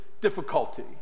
difficulty